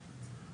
השונות.